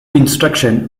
instruction